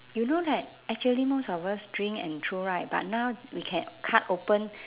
you know that actually most of us drink and throw right but now we can cut open